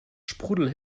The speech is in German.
sprudel